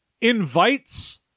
invites